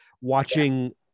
watching